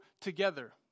together